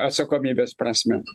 atsakomybės prasme